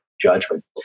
judgment